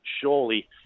surely